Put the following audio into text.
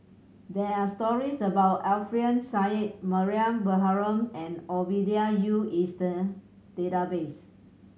there are stories about Alfian Sa'at Mariam Baharom and Ovidia Yu database